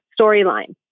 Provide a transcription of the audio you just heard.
storyline